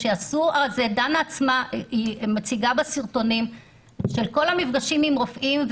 דנה עצמה מציגה בסרטונים של כל המפגשים עם רופאים.